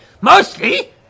Mostly